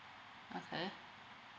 okay